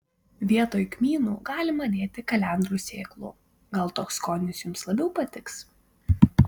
vietoj kmynų galima dėti kalendrų sėklų gal toks skonis jums labiau patiks